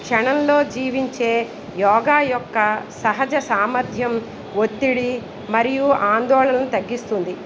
క్షణంలో జీవించే యోగా యొక్క సహజ సామర్థ్యం ఒత్తిడి మరియు ఆందోళన తగ్గిస్తుంది